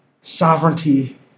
sovereignty